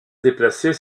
déplacer